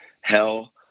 hell